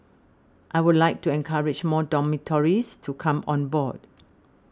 I would like to encourage more dormitories to come on board